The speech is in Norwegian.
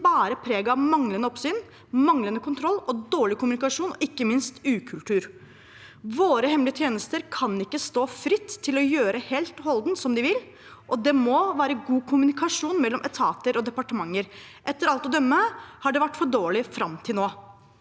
bærer preg av manglende tilsyn, manglende kontroll, dårlig kommunikasjon og ikke minst ukultur. Våre hemmelige tjenester kan ikke stå fritt til å gjøre helt og holdent som de vil, og det må være god kommunikasjon mellom etater og departementer. Etter alt å dømme har det vært for dårlig fram til nå.